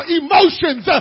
emotions